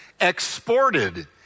exported